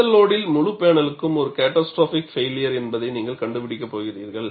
எந்த லோடில் முழு பேனலுக்கும் ஒரு கேட்டாஸ்ட்ரோபிக் பைளியர் என்பதை நீங்கள் கண்டுபிடிக்கப் போகிறீர்கள்